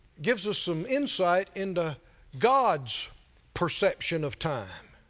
gives us some insight into god's perception of time.